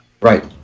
Right